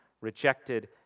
rejected